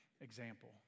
example